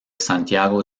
santiago